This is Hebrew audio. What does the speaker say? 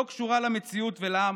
לא קשורה למציאות ולעם.